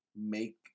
make